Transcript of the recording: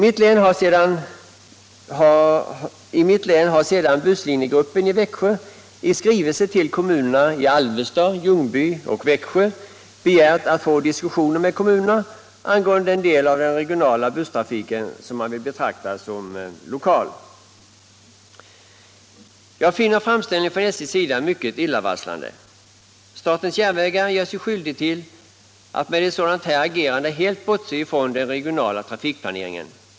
I mitt län har busslinjegruppen i Växjö i skrivelse till kommunerna i Alvesta, Ljungby och Växjö begärt att få diskussioner med kommunerna angående den del av den regionala busstrafiken som man vill betrakta som lokal. Jag finner framställningen från SJ:s sida mycket illavarslande. Statens järnvägar gör sig med ett sådant här agerande skyldigt till att helt bortse från den regionala trafikplaneringen.